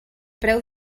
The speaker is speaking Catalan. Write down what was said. preu